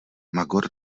magor